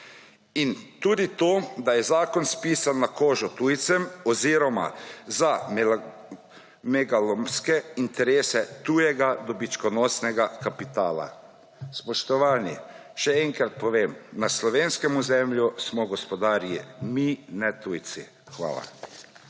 in tudi to, da je zakon spisan na kožo tujcem oziroma za megalomanske interese tujega dobičkonosnega kapitala. Spoštovani, še enkrat povem. Na slovenskem ozemlju smo gospodarji mi ne tujci. Hvala.